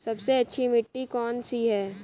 सबसे अच्छी मिट्टी कौन सी है?